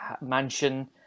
mansion